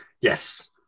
Yes